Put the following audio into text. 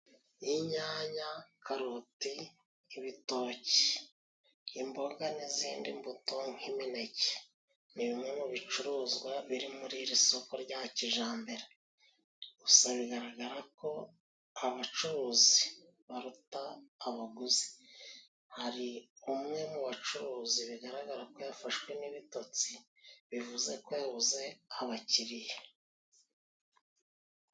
Inyanya, karoti, ibitoki, imboga n'izindi mbuto nk'imineke, ni bimwe mu bicuruzwa biri muri iri soko rya kijambere. Gusa bigaragara ko abacuruzi baruta abaguzi. Hari umwe mu abacuruzi bigaragara ko yafashwe n'ibitotsi bivuze ko yabuze abakiriya.